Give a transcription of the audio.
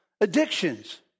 addictions